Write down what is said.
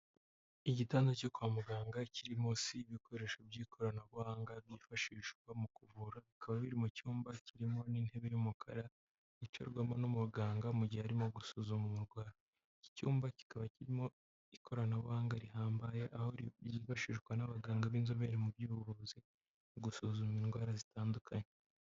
Igitanda cyo kwa muganga kiri munsi ibikoresho by'ikoranabuhanga byifashishwa mu kuvura, bikaba biri mu cyumba kirimo n'intebe y'umukara yicarwamo n'umuganga mu gihe arimo gusuzuma umurwayi, iki cyumba kikaba kirimo ikoranabuhanga rihambaye, aho ryifashishwa n'abaganga b'inzobere mu by'ubuvuzi mu gusuzuma indwara zitandukanye.